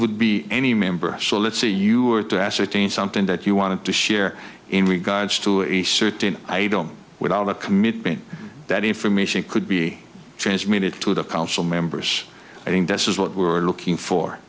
would be any member so let's say you were to ascertain something that you wanted to share in regards to a certain item without a commitment that information could be transmitted to the council members i think this is what we're looking for